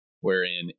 wherein